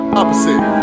opposite